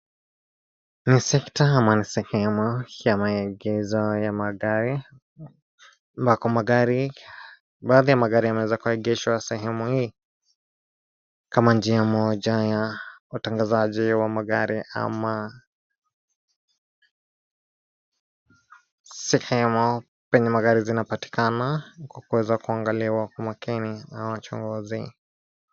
Ni sekta ama ni sehema ya maigiza ya magari, na kwa magari, baadhi ya magari yameweza kuegeshwa sehemu hii. Kama njia moja ya watangazaji wa magari ama sehemu penye magari zinapatikana kwa kuweza kuangalewa kwa makini na wachunguzi.